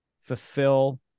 fulfill